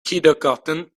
kindergarten